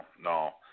no